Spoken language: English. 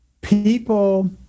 people –